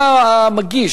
אתה המגיש.